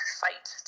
fight